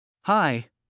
Hi